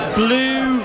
blue